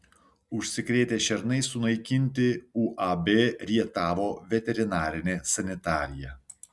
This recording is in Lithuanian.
užsikrėtę šernai sunaikinti uab rietavo veterinarinė sanitarija